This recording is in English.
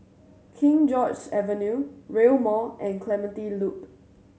King George's Avenue Rail Mall and Clementi Loop